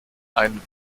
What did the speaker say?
ein